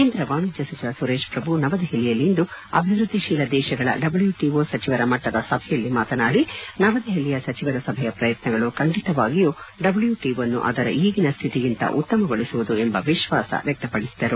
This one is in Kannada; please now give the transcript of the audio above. ಕೇಂದ್ರ ವಾಣಿಜ್ಞ ಸಚಿವ ಸುರೇಶ್ ಪ್ರಭು ನವದೆಹಲಿಯಲ್ಲಿಂದು ಅಭಿವೃದ್ದಿತೀಲ ದೇತಗಳ ಡಬ್ಲೂಟಿಒ ಸಚಿವರ ಮಟ್ಟದ ಸಭೆಯಲ್ಲಿ ಮಾತನಾಡಿ ನವದೆಹಲಿಯ ಸಚಿವರ ಸಭೆಯ ಪ್ರಯತ್ನಗಳು ಖಂಡಿತವಾಗಿಯೂ ಡಬ್ಯೂಟಿಒವನ್ನು ಅದರ ಈಗಿನ ಸ್ಥಿತಿಗಿಂತ ಉತ್ತಮಗೊಳಿಸುವುದು ಎಂಬ ವಿಶ್ವಾಸ ವ್ಯಕ್ತಪಡಿಸಿದರು